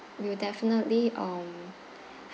we'll definitely um